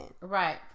Right